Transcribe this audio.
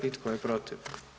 I tko je protiv?